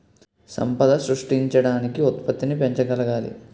సంపద సృష్టించడానికి ఉత్పత్తిని పెంచగలగాలి